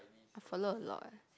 I follow a lot